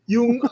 Yung